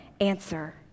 answer